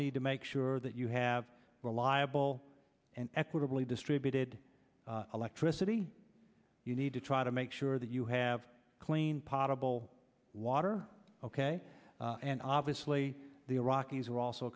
need to make sure that you have reliable and equitably distributed electricity you need to try to make sure that you have clean possible water ok and obviously the iraqis are also